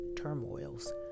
turmoils